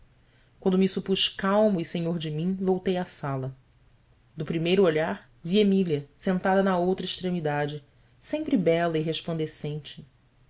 quando me supus calmo e senhor de mim voltei à sala do primeiro olhar vi emília sentada na outra extremidade sempre bela e